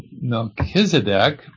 Melchizedek